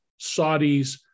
Saudis